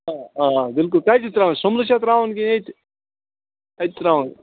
آ آ بِلکُل کَتہِ چھِ ترٛاوٕنۍ سُمبلہٕ چھا ترٛاوُن کِنۍ ییٚتہِ اَتہِ ترٛاوٕنۍ